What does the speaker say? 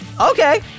Okay